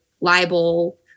libel